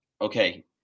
okay